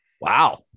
Wow